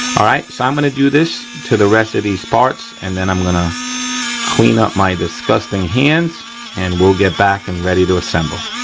all right, so i'm gonna do this to the rest of these parts and then i'm gonna clean up my disgusting hands and we'll get back and ready to assemble.